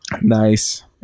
Nice